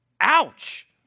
Ouch